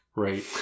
Right